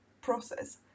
process